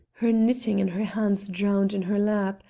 her knitting and her hands drowned in her lap,